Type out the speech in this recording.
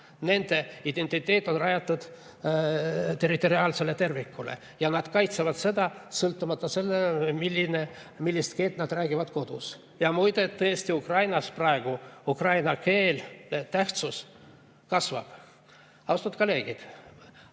nende identiteet on rajatud territoriaalsele tervikule ja nad kaitsevad seda, sõltumata sellest, millist keelt nad kodus räägivad. Ja muide, tõesti Ukrainas praegu ukraina keele tähtsus kasvab. Austatud kolleegid!